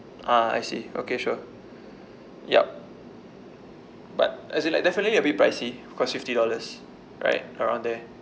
ah I see okay sure yup but as in like definitely a bit pricey cost fifty dollars right around there